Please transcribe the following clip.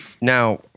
now